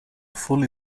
fully